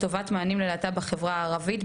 לטובת מענים ללהט״ב בחברה הערבית,